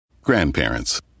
Grandparents